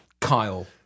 Kyle